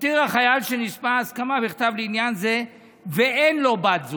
"הותיר החייל שנספה הסכמה בכתב לעניין זה ואין לו בת זוג"